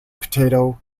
potato